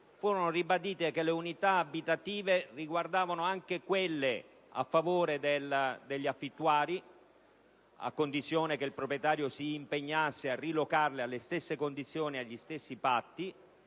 fu ribadito che le unità abitative riguardavano anche quelle a favore degli affittuari, a condizione che il proprietario si impegnasse a rilocarle alle stesse condizioni e agli stessi patti,